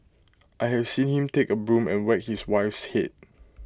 I have seen him take A broom and whack his wife's Head